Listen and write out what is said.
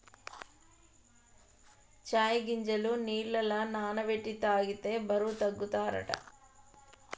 చై గింజలు నీళ్లల నాన బెట్టి తాగితే బరువు తగ్గుతారట